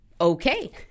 Okay